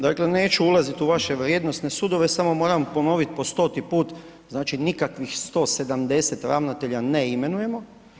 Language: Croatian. Dakle, neću ulazit u vaše vrijednosne sudove, samo moram ponoviti po 100-ti put, znači nikakvih 170 ravnatelja ne imenujemo.